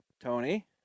tony